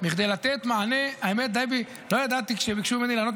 בכדי לתת מענה, האמת, דבי, כשביקשו ממני לענות,